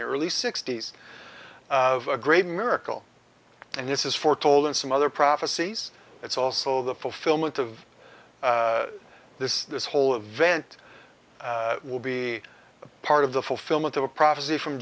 the early sixty's of a great miracle and this is foretold in some other prophecies it's also the fulfillment of this this whole of vent will be a part of the fulfillment of a prophecy from